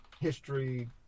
history